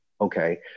okay